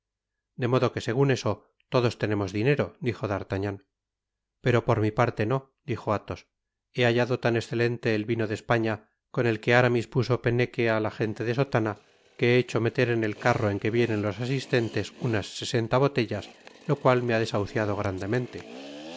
de modo que segun eso todos tenemos dinero dijo d'artagnan pero por mi parte nó dijo athos he hallado tan escelente el vino de españa con el que aramis puso peneque á la gente de sotana que he hecho meter en el carro en que vienen los asistentes unas sesenta botellas lo cual me ha desahuciado grandemente